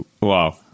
Wow